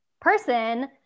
person